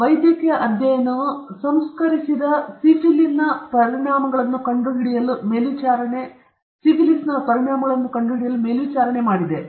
ಮತ್ತು ವೈದ್ಯಕೀಯ ಅಧ್ಯಯನವು ಸಂಸ್ಕರಿಸದ ಸಿಫಿಲಿಸ್ನ ಪರಿಣಾಮಗಳನ್ನು ಕಂಡುಹಿಡಿಯಲು ಮೇಲ್ವಿಚಾರಣೆ ಮಾಡಿದೆ